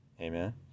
Amen